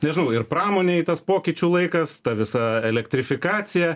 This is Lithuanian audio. nežinau ir pramonėj tas pokyčių laikas ta visa elektrifikacija